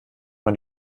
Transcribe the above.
man